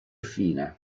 fine